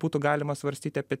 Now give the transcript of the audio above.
būtų galima svarstyti apie